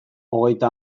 hogeita